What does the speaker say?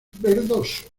verdoso